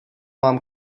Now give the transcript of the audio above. mám